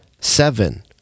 seven